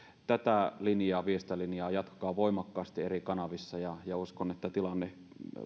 tätä linjaa viestintälinjaa jatkakaa voimakkaasti eri kanavissa uskon että tämä tilanne